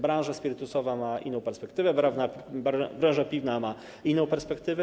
Branża spirytusowa ma inną perspektywę, branża piwna ma inną perspektywę.